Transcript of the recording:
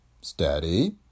Steady